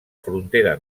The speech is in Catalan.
frontera